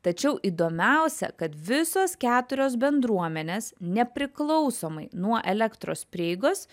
tačiau įdomiausia kad visos keturios bendruomenės nepriklausomai nuo elektros prieigos